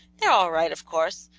they're all right, of course,